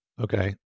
Okay